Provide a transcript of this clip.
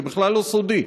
זה בכלל לא סודי.